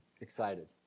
excited